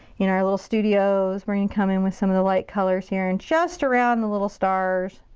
in our little studios. we're gonna come in with some of the light colors here, and just around the little stars.